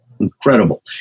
incredible